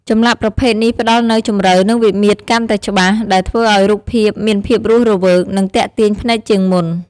ចម្លាក់ប្រភេទនេះផ្ដល់នូវ ជម្រៅ និងវិមាត្រកាន់តែច្បាស់ ដែលធ្វើឲ្យរូបភាពមានភាពរស់រវើក និងទាក់ទាញភ្នែកជាងមុន។